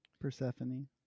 Persephone